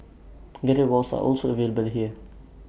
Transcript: guided walks are also available here